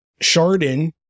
Chardon